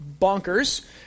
bonkers